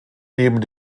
neben